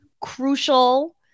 crucial